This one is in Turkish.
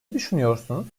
düşünüyorsunuz